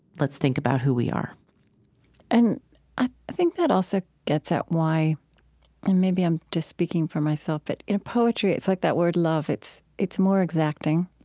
let's think about who we are and i think that also gets at why and maybe i'm just speaking for myself, but in poetry, it's like that word love. it's it's more exacting